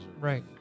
right